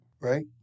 right